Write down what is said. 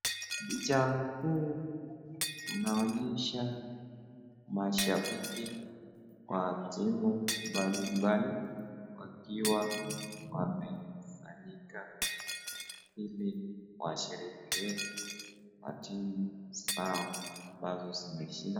Picha huu unaonyesha mashabiki wa timu mbalimbali wakiwa wamekusanyika ili washerehekee matimu zao ambazo zimeshinda.